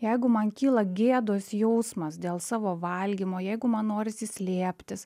jeigu man kyla gėdos jausmas dėl savo valgymo jeigu man norisi slėptis